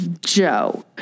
Joe